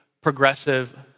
progressive